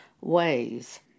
ways